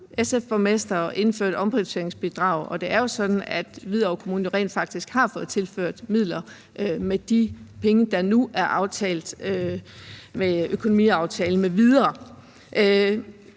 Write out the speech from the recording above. SF-borgmester har valgt at indføre et omprioriteringsbidrag. Det er jo sådan, at Hvidovre Kommune rent faktisk har fået tilført midler med de penge, der nu er aftalt med økonomiaftalen m.v.